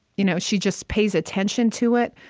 you know she just pays attention to it,